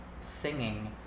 singing